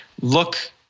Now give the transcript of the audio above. look